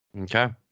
Okay